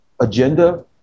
agenda